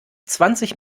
zwanzig